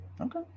okay